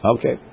Okay